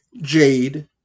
Jade